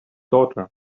daughter